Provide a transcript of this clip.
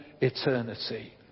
eternity